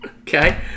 Okay